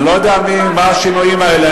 אני לא יודע מה השינויים האלה.